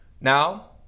Now